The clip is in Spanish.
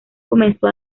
comenzó